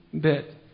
bit